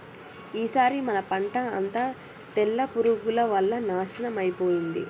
ఈసారి మన పంట అంతా తెల్ల పురుగుల వల్ల నాశనం అయిపోయింది